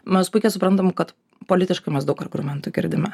mes puikiai suprantam kad politiškai mes daug argumentų girdime